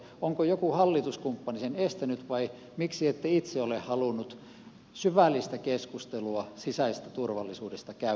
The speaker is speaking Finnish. onko joku hallituskumppani sen estänyt vai miksi ette itse ole halunnut syvällistä keskustelua sisäisestä turvallisuudesta käydä eduskunnassa